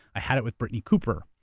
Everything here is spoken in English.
i had it with brittany cooper,